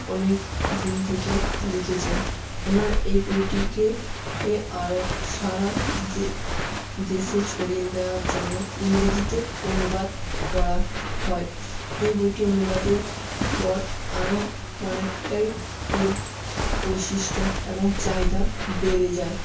অনেক দিন থেকে লিখেছেন ওনার এই বইটিকে আরো সারা দেশে ছড়িয়ে দেওয়ার জন্য ইংরেজিতে অনুবাদ করা হয় এই বইটি অনুবাদের পর আরো অনেকটাই এর বৈশিষ্ট্য এবং চাহিদা বেড়ে যায়